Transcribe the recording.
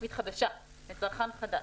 של העובדה שבתוך השיחה עצמה נדרשים לקבל החלטה.